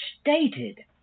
stated